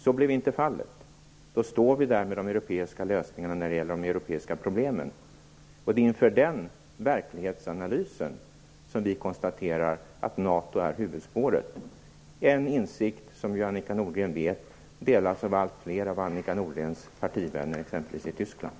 Så blev inte fallet, och då står vi där med de europeiska lösningarna när det gäller de europeiska problemen. Det är inför den verklighetsanalysen som vi konstaterar att NATO är huvudspåret. Som Annika Nordgren vet är det en insikt som delas av alltfler av hennes partivänner i exempelvis Tyskland.